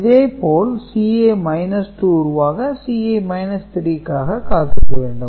இதே போல் Ci 2 உருவாக Ci 3 ற்காக காத்திருக்க வேண்டும்